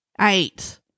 Eight